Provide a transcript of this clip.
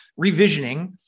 revisioning